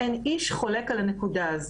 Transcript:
אין איש שחולק על הנקודה הזאת.